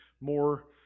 more